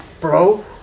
bro